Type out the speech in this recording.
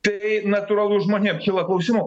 tai natūralu žmonėm kyla klausimų